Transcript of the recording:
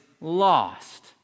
lost